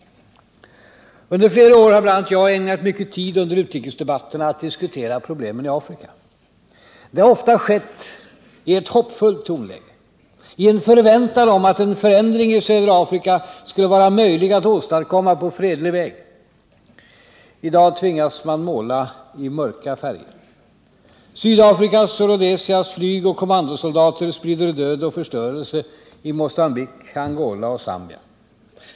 Under flera år har bl.a. jag ägnat mycken tid under utrikesdebatterna åt att diskutera problemen i Afrika. Det har ofta skett i ett hoppfullt tonläge, i en förväntan att en förändring i södra Afrika skulle vara möjlig att åstadkomma på fredlig väg. I dag tvingas man måla i mörka färger. Sydafrikas och Rhodesias flygoch kommandosoldater sprider död och förstörelse i Mogambique, Angola och Zambia.